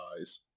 eyes